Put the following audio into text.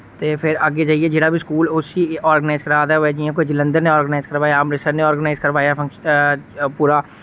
ते फिर अग्गै जाइयै जेह्ड़ा बी स्कूल उसी आर्गनाइज करा दा होवै जि'यां कोई जलंधर नै आर्गनाइज करवाया अमृतसर नै आर्गनाइज करवाया फन पूरा